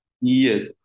Yes